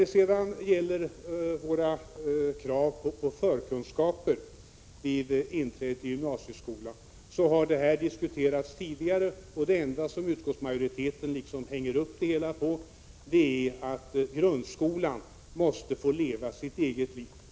Våra krav på förkunskaper vid inträde till gymnasieskola har diskuterats tidigare. Det enda som utskottsmajoriteten hänger upp det hela på är att grundskolan måste få leva sitt eget liv.